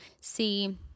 see